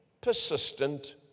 persistent